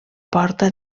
porta